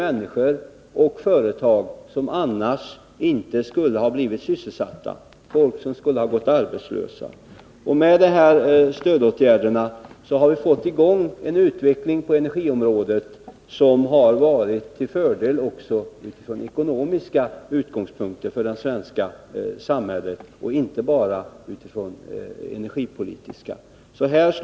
människor och företag, som annars inte skulle ha tagits i anspråk; folk skulle ha gått arbetslösa. Med dessa stödåtgärder har vi fått i gång en utveckling på energiområdet som har varit till fördel, inte bara från energipolitisk synpunkt utan också från ekonomisk, för det svenska samhället.